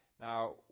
Now